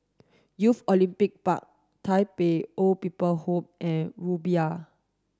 Youth Olympic Park Tai Pei Old People's Home and Rumbia